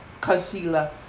concealer